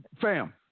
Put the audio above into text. Fam